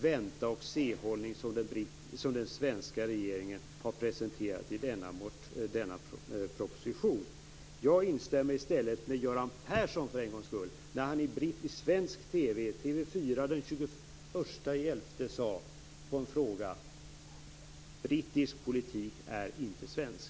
vänta-och-se-hållning som den svenska regeringen har presenterat i denna proposition. Jag instämmer i stället för en gångs skull med Göran Persson. Han sade i TV 4 den 21 november att brittisk politik inte är svensk.